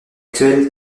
actuel